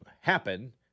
happen